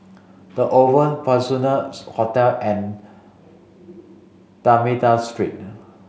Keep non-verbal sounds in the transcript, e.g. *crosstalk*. The Oval Peninsula *unintelligible* Hotel and D'almeida Street